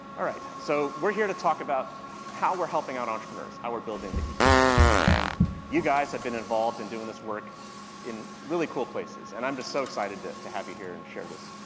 all right. so, we're here to talk about how we're helping out entrepreneurs, how we're building the ecosystem. and you guys have been involved in doing this work in really cool places, and i'm just so excited to, to have you here and share this,